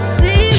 see